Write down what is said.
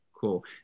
Cool